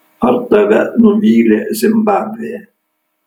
ar tave nuvylė zimbabvė